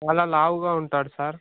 చాలా లావుగా ఉంటాడు సార్